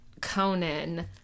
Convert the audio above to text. Conan